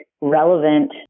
relevant